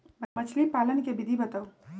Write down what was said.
मछली पालन के विधि बताऊँ?